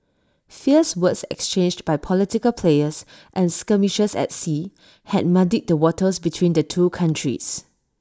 fierce words exchanged by political players and skirmishes at sea had muddied the waters between the two countries